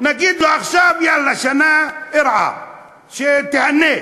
נגיד לו עכשיו: יאללה, שנה "אִרְעַא" שתיהנה.